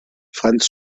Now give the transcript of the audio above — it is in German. franz